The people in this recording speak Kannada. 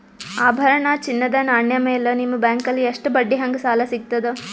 ಆಭರಣ, ಚಿನ್ನದ ನಾಣ್ಯ ಮೇಲ್ ನಿಮ್ಮ ಬ್ಯಾಂಕಲ್ಲಿ ಎಷ್ಟ ಬಡ್ಡಿ ಹಂಗ ಸಾಲ ಸಿಗತದ?